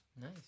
Nice